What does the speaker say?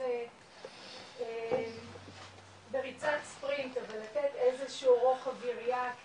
זה בריצת ספרינט אבל לתת איזה שהוא רוחב יריעה כי